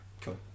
cool